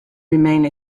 remained